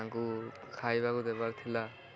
ତାଙ୍କୁ ଖାଇବାକୁ ଦେବାର ଥିଲା